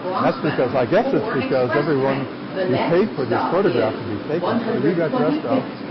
that's because i guess it's because everyone you paid for this photograph to be taken, so you got dressed up,